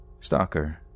Stalker